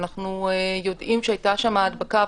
שאנחנו יודעים שהייתה שם הדבקה,